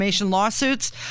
lawsuits